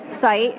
site